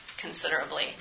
considerably